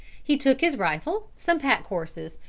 he took his rifle, some pack-horses,